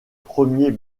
premier